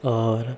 और